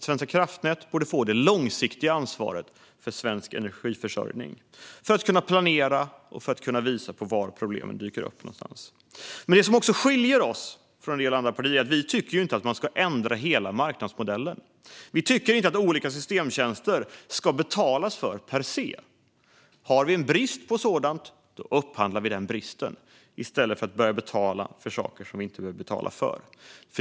Svenska kraftnät borde få det långsiktiga ansvaret för svensk energiförsörjning, för att kunna planera och visa på var problem dyker upp. Det som dock skiljer oss från en del andra partier är att vi inte tycker att man ska ändra hela marknadsmodellen. Vi tycker inte att det ska betalas för olika systemtjänster per se. Har vi en brist på sådant upphandlar vi för att avhjälpa den i stället för att börja betala för saker som vi inte vill betala för.